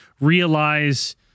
realize